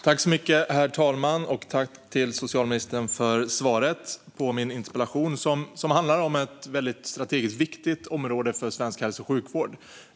Herr talman! Jag tackar socialministern för svaret på min interpellation, som handlar om ett strategiskt väldigt viktigt område för svensk hälso och sjukvård.